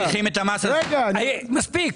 מספיק.